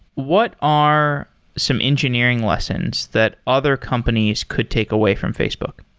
what are some engineering lessons that other companies could take away from facebook?